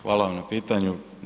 Hvala vam na pitanju.